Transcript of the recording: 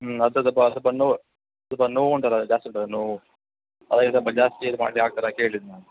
ಹ್ಞೂ ಅದು ಸ್ವಲ್ಪ ಸ್ವಲ್ಪ ನೋವು ಸ್ವಲ್ಪ ನೋವು ಉಂಟಲ್ಲ ಜಾಸ್ತಿ ಉಂಟಲ್ಲ ನೋವು ಹಾಗಾಗಿ ಸ್ವಲ್ಪ ಜಾಸ್ತಿ ಇದು ಮಾಡಿ ಆ ಥರ ಕೇಳಿದ್ದು ನಾನು